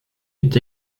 est